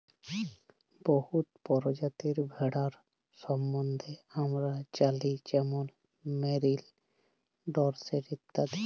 বহুত পরজাতির ভেড়ার সম্বল্ধে আমরা জালি যেমল মেরিল, ডরসেট ইত্যাদি